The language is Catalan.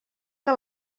que